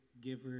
giver